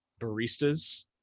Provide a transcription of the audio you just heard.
baristas